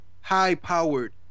high-powered